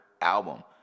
album